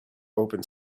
open